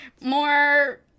more